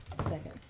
second